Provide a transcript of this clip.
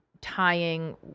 tying